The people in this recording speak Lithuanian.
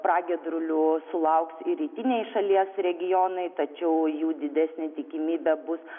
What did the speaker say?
pragiedrulių sulauks ir rytiniai šalies regionai tačiau jų didesnė tikimybė bus